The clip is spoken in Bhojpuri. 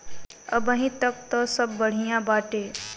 अबहीं तक त सब बढ़िया बाटे